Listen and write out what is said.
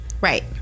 right